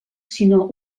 sinó